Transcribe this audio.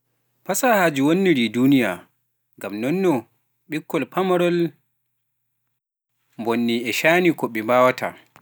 Fasaahaaji wonniri duuniya ngam non no ɓikkol pamarol, mbonnii e caani ko ɓe mbaawataa.